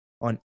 on